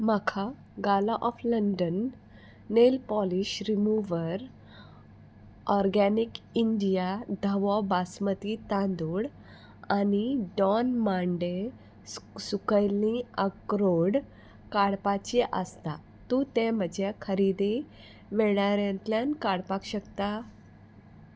म्हाका gala of London nail polish remover organic India धवो बासमती तांदूळ आनी डॉन मांडे सुक सुकयल्लीं आक्रोड काडपाची आसता तूं तें म्हज्या खरेदी वळेरेंतल्यान काडपाक शकता